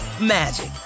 magic